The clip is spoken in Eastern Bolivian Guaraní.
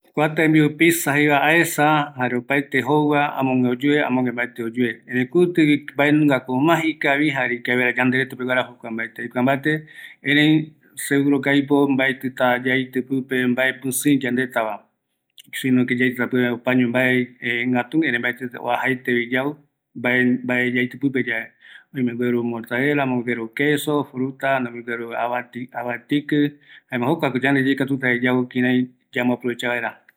Kua tembiu pizza jeiva aesa jare jauvi, aesa opaete jouva, kutïgui mbaeko ikavi yaitɨ jeva aikuapota, oimeko aipo amogue oyue kïraïva, mbaendiveko ouva, ereï aesa gueru, queso, tomate, jokuaretako aipo kïraï oyeesa vaera